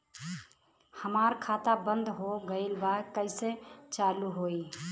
हमार खाता बंद हो गईल बा कैसे चालू होई?